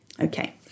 Okay